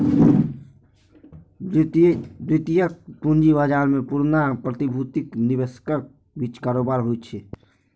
द्वितीयक पूंजी बाजार मे पुरना प्रतिभूतिक निवेशकक बीच कारोबार होइ छै